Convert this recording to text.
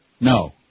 No